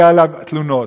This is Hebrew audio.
יהיו עליו תלונות,